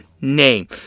name